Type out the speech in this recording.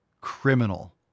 criminal